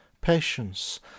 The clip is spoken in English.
patience